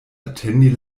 atendi